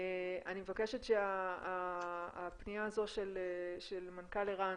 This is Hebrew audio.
אני מבקשת שהפניה הזו של מנכ"ל ער"ן